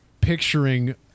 picturing